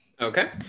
Okay